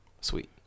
Sweet